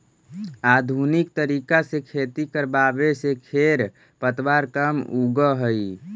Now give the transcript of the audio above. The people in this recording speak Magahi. आधुनिक तरीका से खेती करवावे से खेर पतवार कम उगह हई